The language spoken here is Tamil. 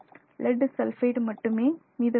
லெட் சல்பைட் மட்டுமே மீதமிருக்கும்